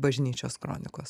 bažnyčios kronikos